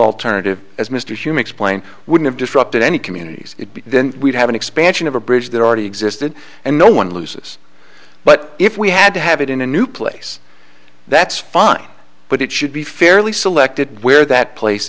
alternative as mr hume explained would have disrupted any communities then we'd have an expansion of a bridge that already existed and no one looses but if we had to have it in a new place that's fine but it should be fairly selected where that place